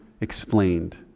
explained